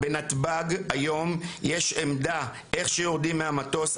בנתב"ג היום יש עמדה איך שיורדים מהמטוס,